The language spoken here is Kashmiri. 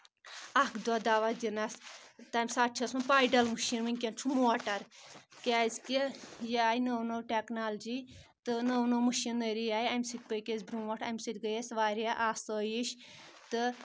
اکھ دۄہ دۄہ دِنَس تَمہِ ساتہٕ چھُِ ٲسمُت پیڈل مِشیٖن وٕنکؠن چھُ موٹر کیازکہِ یہِ آیہِ نٔو نٔو ٹؠکنالجی تہٕ نٔو نٔو مٔشیٖنٲری آیہِ اَمہِ سۭتۍ پٔکۍ أسۍ برونٛٹھ اَمہِ سۭتۍ گٔیے اَسہِ واریاہ آسٲیِش تہٕ